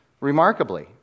remarkably